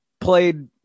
played